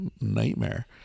nightmare